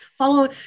follow